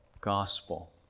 gospel